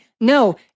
No